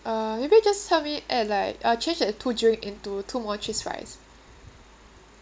uh maybe just help me add uh change that two drink into two more cheese fries